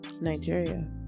Nigeria